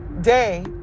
day